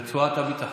רצועת הביטחון.